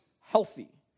healthy